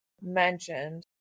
mentioned